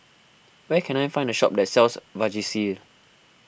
where can I find a shop that sells Vagisil